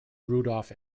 rudolph